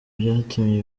byatumye